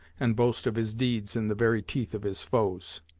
and boast of his deeds in the very teeth of his foes.